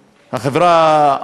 החברה,